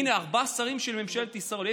הינה, ארבעה שרים של ממשלת ישראל, בבקשה לסיים.